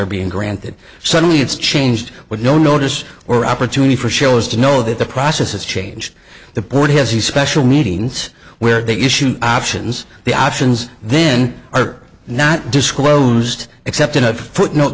are being granted suddenly it's changed with no notice or opportunity for shows to know that the process has changed the board has the special meetings where they can shoot options the options then are not disclosed except in a footnote